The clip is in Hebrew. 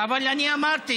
אבל אני אמרתי,